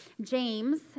James